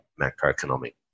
macroeconomic